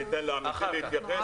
אני אתן לאנשים להתייחס,